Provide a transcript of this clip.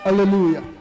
hallelujah